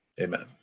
Amen